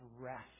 rest